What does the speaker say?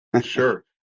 Sure